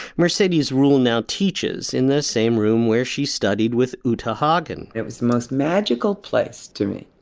mercedes rule now teaches in the same room where she studied with uta hagen it was the most magical place to me.